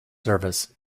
service